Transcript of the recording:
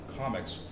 comics